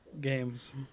games